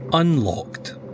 Unlocked